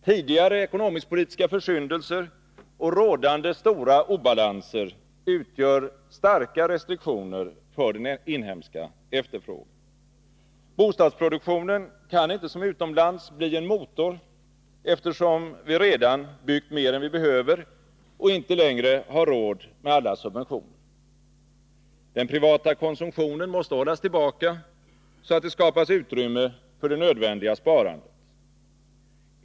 Tidigare ekonomisk-politiska försyndelser och rådande stora obalanser utgör starka restriktioner för den inhemska efterfrågan. Bostadsproduktionen kan inte som utomlands bli en motor, eftersom vi redan byggt mer än vi behöver och inte längre har råd med alla subventioner. Den privata konsumtionen måste hållas tillbaka, så att det skapas utrymme för det nödvändiga sparandet.